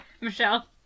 Michelle